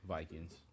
Vikings